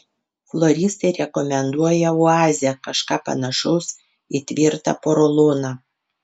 floristai rekomenduoja oazę kažką panašaus į tvirtą poroloną